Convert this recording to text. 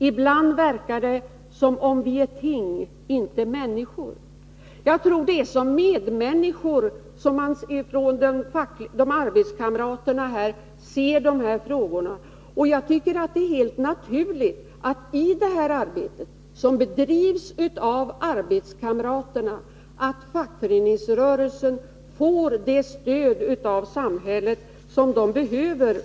Ibland verkar det som om vi är ting, inte människor.” Jag tror att det är som medmänniskor arbetskamraterna ser på de här frågorna. Jag tycker att det är helt naturligt att fackföreningsrörelsen i den här verksamheten, som bedrivs av arbetskamraterna och som jag tycker är mycket värdefull, får det stöd av samhället som den behöver.